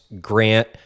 grant